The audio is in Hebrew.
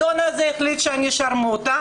האדון הזה החליט שאני שרמוטה.